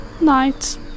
night